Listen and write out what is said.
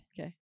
Okay